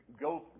go